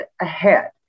ahead